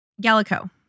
Gallico